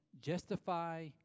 Justify